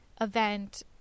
event